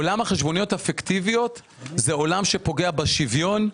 עולם החשבוניות הפיקטיביות הוא עולם שפוגע בשוויון,